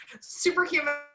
superhuman